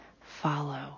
follow